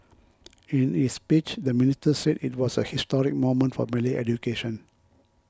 in his speech the minister said it was a historic moment for Malay education